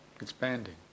Expanding